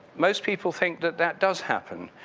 most people think that that does happen.